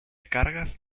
cargas